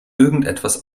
irgendetwas